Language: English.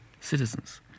citizens